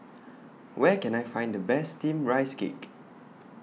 Where Can I Find The Best Steamed Rice Cake